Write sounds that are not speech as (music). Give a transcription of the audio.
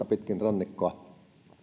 (unintelligible) pitkin rannikkoa